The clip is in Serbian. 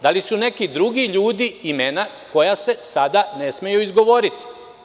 Da li su neki drugi ljudi, imena koja se sada ne smeju izgovoriti?